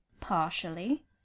Partially